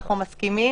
אנחנו מסכימים,